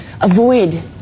avoid